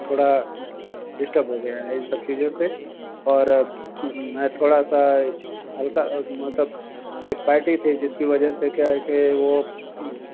थोड़ा डिस्टर्ब हो गया है इन सब चीज़ों से और मैं थोड़ा सा हल्का मतलब एक पार्टी थी जिसकी वजह से क्या है की वो